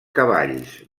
cavalls